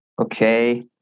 Okay